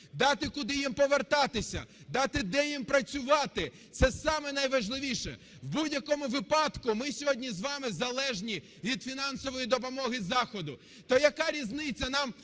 дати, куди їм повертатися, дати, де їм працювати. Це саме найважливіше. В будь-якому випадку ми сьогодні з вами залежні від фінансової допомоги заходу, то яка різниця, нам